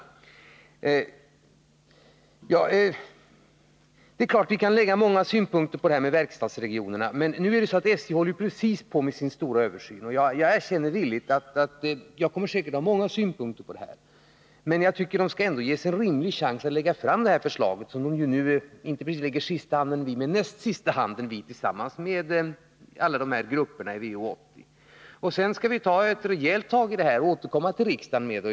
Det är klart att vi kan anlägga många synpunkter på det här med verkstadsregionerna, men nu är det ju så att SJ precis håller på med sin stora översyn. Jag erkänner villigt att jag säkert kommer att anlägga många synpunkter i det avseendet. Men jag tycker ändå att SJ skall få en rimlig chans att lägga fram det här förslaget, som man ju inte precis lägger sista, men väl näst sista, handen vid tillsammans med alla grupperna i VO 80. Därefter skall vi ta ett rejält tag i frågan och återkomma till riksdagen.